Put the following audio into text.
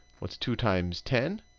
what's two times ten?